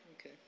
Okay